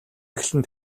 эхлэн